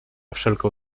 wszelką